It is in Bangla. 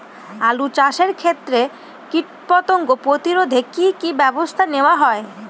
আলু চাষের ক্ষত্রে কীটপতঙ্গ প্রতিরোধে কি কী ব্যবস্থা নেওয়া হয়?